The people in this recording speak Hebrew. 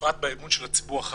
בפרט באמון של הציבור החרדי.